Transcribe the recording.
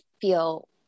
feel